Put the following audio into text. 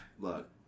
look